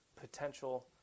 potential